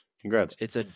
Congrats